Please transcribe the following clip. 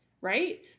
Right